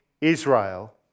Israel